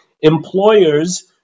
employers